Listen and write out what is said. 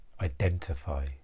identify